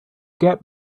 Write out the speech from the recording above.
get